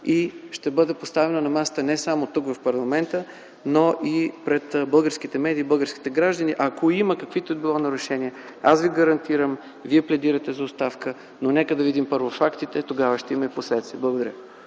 и ще бъде поставено на масата не само тук, в парламента, но и пред българските медии и българските граждани. Ако има каквито и да било нарушения, аз Ви гарантирам, Вие пледирате за оставка, но нека да видим първо фактите и тогава ще има и последствия. Благодаря.